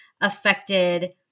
affected